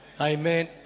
Amen